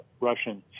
Russian